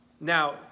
Now